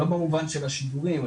לא במובן של השידורים,